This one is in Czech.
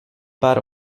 pár